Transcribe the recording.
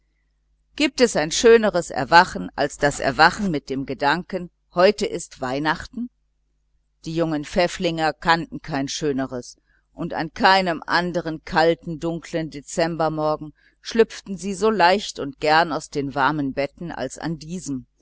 gibt es ein schöneres erwachen als das erwachen mit dem gedanken heute ist weihnachten die jungen pfäfflinge kannten kein schöneres und an keinem anderen kalten dunkeln dezembermorgen schlüpften sie so leicht und gern aus den warmen betten als an diesem